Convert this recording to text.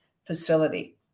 facility